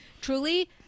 truly